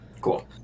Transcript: Cool